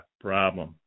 problem